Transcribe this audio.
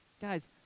Guys